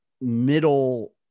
middle